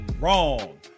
wrong